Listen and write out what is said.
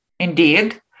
Indeed